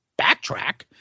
backtrack